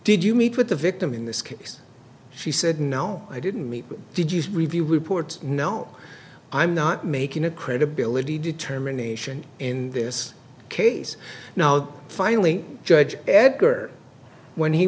did you meet with the victim in this case she said no i didn't mean did you review report no i'm not making a credibility determination in this case now finally judge edgar when he